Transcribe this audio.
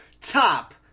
top